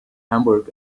hamburg